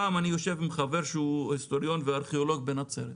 ישבתי עם חבר שהוא היסטוריון וארכיאולוג בנצרת.